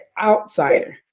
outsider